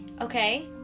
okay